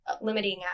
limiting